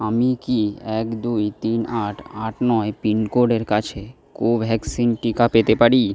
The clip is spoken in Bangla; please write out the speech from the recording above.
আমি কি এক দুই তিন আট আট নয় পিনকোডের কাছে কোভ্যাক্সিন টিকা পেতে পারি